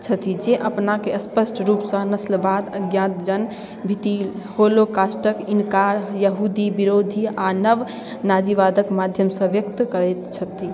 छथि जे अपनाके स्पष्ट रूपसँ नस्लवाद अज्ञातजनभीति होलोकॉस्टके इनकार यहूदी विरोधी आओर नव नाजीवादके माध्यमसँ व्यक्त करैत छथि